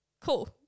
cool